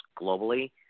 globally